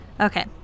Okay